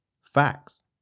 Facts